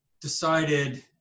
decided